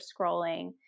scrolling